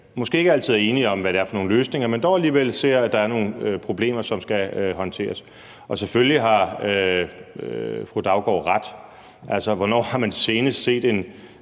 måske ikke altid er enige om, hvad det er for nogle løsninger, men dog alligevel ser, at der er nogle problemer, som skal håndteres, og selvfølgelig har fru Katrine Daugaard ret. Altså, hvornår har man senest set en